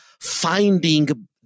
finding